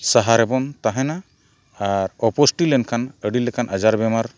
ᱥᱟᱦᱟᱨᱮ ᱵᱚᱱ ᱛᱟᱦᱮᱱᱟ ᱟᱨ ᱚᱯᱩᱥᱴᱤ ᱞᱮᱱᱠᱷᱟᱱ ᱟᱹᱰᱤ ᱞᱮᱠᱟᱱ ᱟᱡᱟᱨ ᱵᱮᱢᱟᱨ